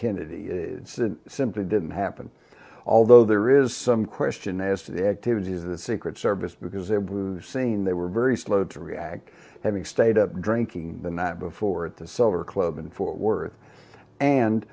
kennedy simply didn't happen although there is some question as to the activities of the secret service because it was seen they were very slow to react having stayed up drinking the night before at the cellar club in fort worth